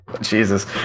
Jesus